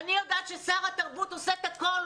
אני יודעת ששר התרבות עושה את הכול.